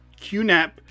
QNAP